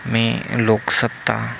मी Loksatta